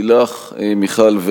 מיכל,